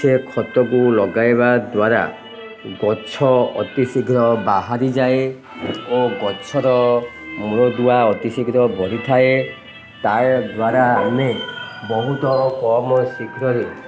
ସେ ଖତକୁ ଲଗାଇବା ଦ୍ୱାରା ଗଛ ଅତି ଶୀଘ୍ର ବାହାରିଯାଏ ଓ ଗଛର ମୂଳଦୁଆ ଅତିଶୀଘ୍ର ବଢ଼ିଥାଏ ତା ଦ୍ୱାରା ଆମେ ବହୁତ କମ୍ ଶୀଘ୍ର ରେ